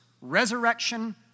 Resurrection